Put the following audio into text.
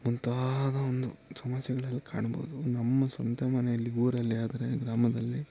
ಮುಂತಾದ ಒಂದು ಸಮಸ್ಯೆಗಳಲ್ಲಿ ಕಾಣ್ಬೌದು ನಮ್ಮ ಸ್ವಂತ ಮನೆಯಲ್ಲಿ ಊರಲ್ಲಿ ಆದರೆ ಗ್ರಾಮದಲ್ಲಿ